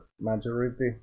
majority